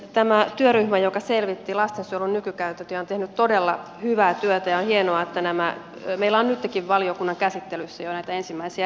tämä työryhmä joka selvitti lastensuojelun nykykäytäntöjä on tehnyt todella hyvää työtä ja on hienoa että meillä on nyttenkin valiokunnan käsittelyssä jo näitä ensimmäisiä esityksiä